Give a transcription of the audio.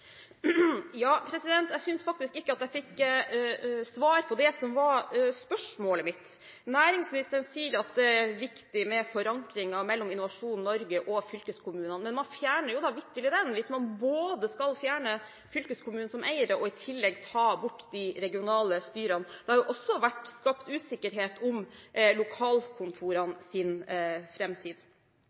Jeg synes faktisk ikke at jeg fikk svar på det som var spørsmålet mitt. Næringsministeren sier at det er viktig med forankringen mellom Innovasjon Norge og fylkeskommunene, men man fjerner vitterlig den hvis man både skal fjerne fylkeskommunene som eiere og i tillegg ta bort de regionale styrene. Det har også vært skapt usikkerhet om